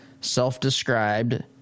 self-described